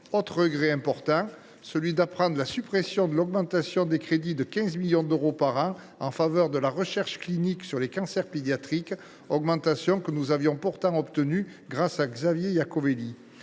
autre regret important a été d’apprendre la suppression de l’augmentation des crédits de 15 millions d’euros par an en faveur de la recherche clinique sur les cancers pédiatriques, que nous avions pourtant obtenue grâce à Xavier Iacovelli.